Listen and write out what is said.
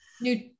new